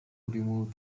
remove